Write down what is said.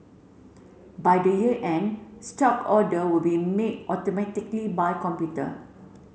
by the year end stock order will be made automatically by computer